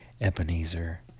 Ebenezer